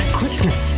Christmas